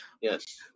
Yes